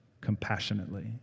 compassionately